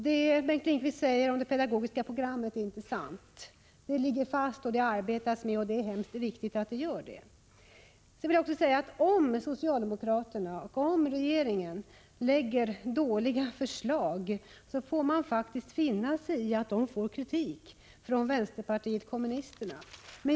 Det som Bengt Lindqvist säger om det pedagogiska programmet är inte sant. Det ligger fast, man arbetar på programmet och det är mycket viktigt att så sker. Om socialdemokraterna och regeringen lägger fram dåliga förslag, får de faktiskt finna sig i att de får kritik från vänsterpartiet kommunisterna.